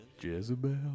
Jezebel